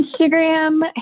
Instagram